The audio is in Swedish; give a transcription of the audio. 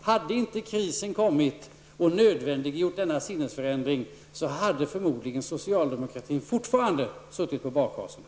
Hade inte krisen kommit och nödvändiggjort denna sinnesförändring, hade förmodligen socialdemokratin fortfarande suttit på bakhasorna.